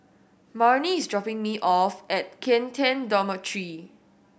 Marni is dropping me off at Kian Teck Dormitory